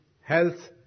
health